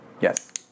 Yes